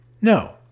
No